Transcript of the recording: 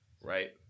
right